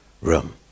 room